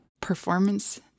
performance